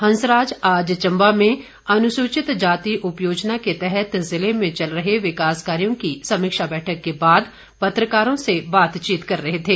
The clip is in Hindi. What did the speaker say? हंसराज आज चंबा में अनुसूचितजाति उपयोजना के तहत ज़िले में चल रहे विकास कार्यों की समीक्षा बैठक के बाद पत्रकारों से बातचीत कर रहे थे